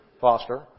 Foster